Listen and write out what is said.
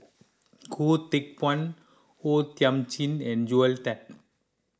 Goh Teck Phuan Thiam Chin and Joel Tan